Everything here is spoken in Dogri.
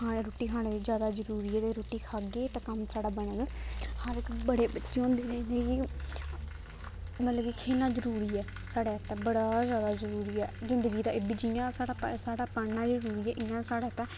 असें रुट्टी खाने दी जादा जरूरी ऐ रुट्टी खाह्गे ते कम्म साढ़ा बनग हर इक बड़े बच्चे होंदे न इ'नेंगी मतलब कि खेलना जरूरी ऐ साढ़े आस्तै बड़ा जादा जरूरी ऐ जिंदगी दा एह् बी जियां साढ़ी पढ़ना जरूरी ऐ इ'यां गै साढ़े आस्तै